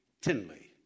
Tinley